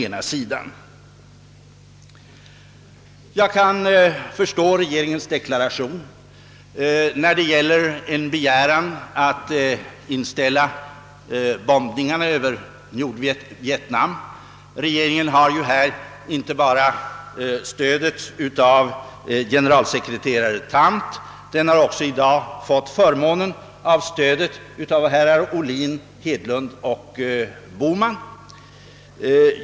Jag kan förstå regeringens deklaration när det gäller en begäran att inställa bombningarna över Nordvietnam. Regeringen har härvidlag inte bara stöd av generalsekreterare Thant utan har nu i dag fått förmånen av stöd även av herrar Ohlin, Hedlund och Bohman.